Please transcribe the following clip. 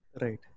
right